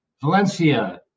Valencia